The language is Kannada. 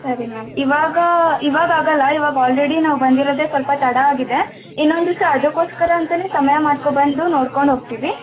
ಸರಿ ಮ್ಯಾಮ್ ಇವಾಗ ಇವಾಗ ಆಗಲ್ಲ ಇವಾಗ ಆಲ್ರೆಡಿ ನಾವು ಬಂದಿರೋದೆ ಸ್ವಲ್ಪ ತಡ ಆಗಿದೆ ಇನ್ನೊಂದು ದಿವಸ ಅದಕ್ಕೋಸ್ಕರ ಅಂತಾನೆ ಸಮಯ ಮಾಡ್ಕೊ ಬಂದು ನೋಡ್ಕೊಂಡು ಹೋಗ್ತಿವಿ